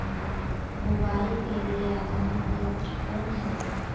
बुवाई के लिए आधुनिक यंत्र कौन हैय?